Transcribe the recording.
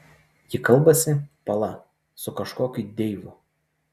ji kalbasi pala su kažkokiu deivu